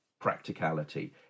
practicality